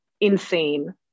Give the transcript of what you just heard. insane